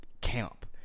camp